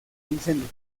incendio